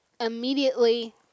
immediately